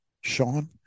Sean